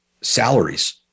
salaries